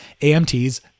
amt's